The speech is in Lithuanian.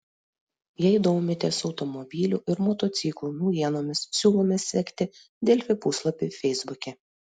jei domitės automobilių ir motociklų naujienomis siūlome sekti delfi puslapį feisbuke